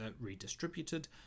redistributed